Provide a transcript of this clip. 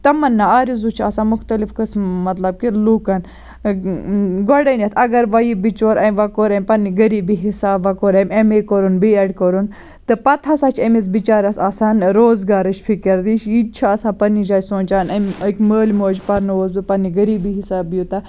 تَمَنّا آرزوٗ چھِ آسان مُختَلِف قٕسم مَطلَب کہِ لوٗکَن گۄڈنیٚتھ اگر وۄنۍ یہِ بِچور أمۍ وۄنۍ کوٚر أمۍ پَننہِ غریٖبی حساب وۄنۍ کوٚر أمۍ ایٚم اے کوٚرُن بی ایٚڈ کوٚرُن تہٕ پَتہٕ ہَسا چھِ أمِس بِچارس آسان روزگارٕچ فکر یہِ تہِ چھُ آسان پَننہِ جایہِ سونٛچان أمۍ أکۍ مٲلۍ مٲجۍ پَرنووُس بہٕ پَننہِ غریٖبی حِساب یوٗتاہ